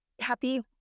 happy